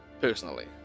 personally